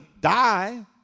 die